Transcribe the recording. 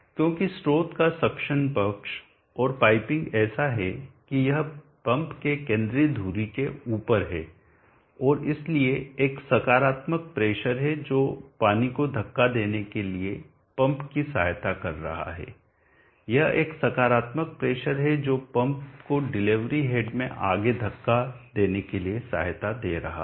क्योंकि स्रोत का सक्शन पक्ष और पाइपिंग ऐसा है कि यह पंप के केंद्रीय धुरी के ऊपर है और इसलिए एक सकारात्मक प्रेशर है जो पानी को धक्का देने के लिए पंप की सहायता कर रहा है यह एक सकारात्मक प्रेशर है जो पंप को डिलीवरी हेड में आगे धक्का देने के लिए सहायता दे रहा है